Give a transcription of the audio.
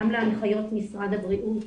גם להנחיות משרד הבריאות,